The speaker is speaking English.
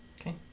Okay